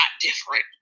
different